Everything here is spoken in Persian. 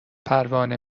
پروانه